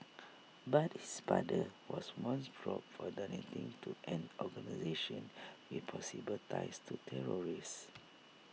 but his father was once probed for donating to an organisation with possible ties to terrorists